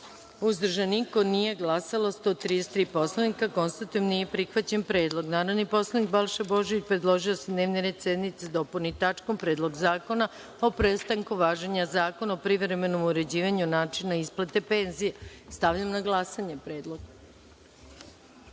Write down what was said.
– nema, nisu glasala 133 poslanika. Konstatujem da nije prihvaćen predlog. Narodni poslanik Balša Božović predložio je da se dnevni red sednice dopuni tačkom - Predlog zakona o prestanku važenja Zakona o privremenom uređivanju načina isplate penzija. Stavljam na glasanje ovaj